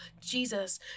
Jesus